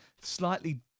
slightly